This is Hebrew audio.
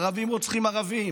ערבים רוצחים ערבים.